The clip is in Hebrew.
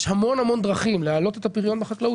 יש המון המון דרכים להעלות את הפריון בחקלאות.